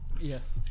yes